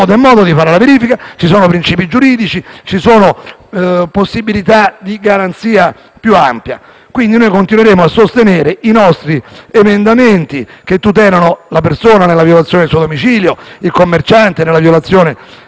modo e modo di fare la verifica, ci sono principi giuridici, ci sono possibilità di garanzia più ampia. Noi continueremo a sostenere i nostri emendamenti che tutelano la persona nella violazione del suo domicilio, il commerciante nella violazione dei suoi ambiti